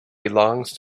belongs